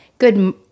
Good